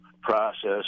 process